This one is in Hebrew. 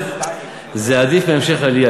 זה עדיף מהמשך עלייה.